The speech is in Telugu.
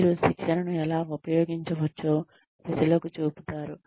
మీరు శిక్షణను ఎలా ఉపయోగించవచ్చో ప్రజలకు చూపుతారు